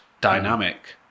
dynamic